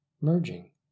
merging